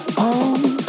home